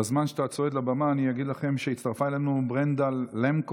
בזמן שאתה צועד אל הבמה אני אגיד לכם שהצטרפה אלינו ברנדה למקוס,